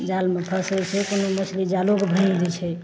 जालमे फँसै छै कोनो मछली जालोके भाङ्गि दै छै